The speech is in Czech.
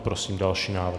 Prosím další návrh.